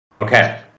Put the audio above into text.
Okay